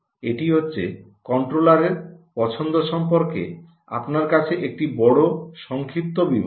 এটি হচ্ছে কন্ট্রোলারের পছন্দ সম্পর্কে আপনার কাছে একটি বড় সংক্ষিপ্ত বিবরণ